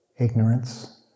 ignorance